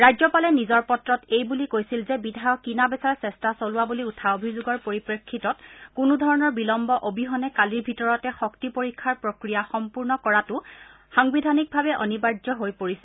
ৰাজ্যপালে নিজৰ পত্ৰত এইবুলি কৈছিল যে বিধায়ক কিনা বেচাৰ চেষ্টা চলোৱা বুলি উঠা অভিযোগৰ পৰিপ্ৰেক্ষিতত কোনো ধৰণৰ বিলম্ব অবিহনে কালিৰ ভিতৰতে শক্তি পৰীক্ষাৰ প্ৰক্ৰিয়া সম্পূৰ্ণ কৰাটো সাংবিধানিক ভাৱে অনিবাৰ্য হৈ পৰিছিল